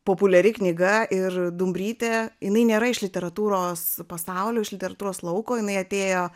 populiari knyga ir dumbrytė jinai nėra iš literatūros pasaulio iš literatūros lauko jinai atėjo